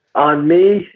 on me,